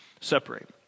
separate